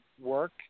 work